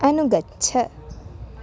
अनुगच्छ